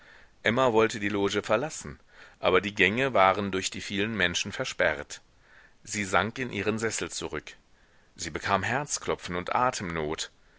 emma wollte die loge verlassen aber die gänge waren durch die vielen menschen versperrt sie sank in ihren sessel zurück sie bekam herzklopfen und atemnot